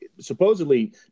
supposedly